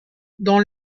dans